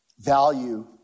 value